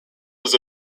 was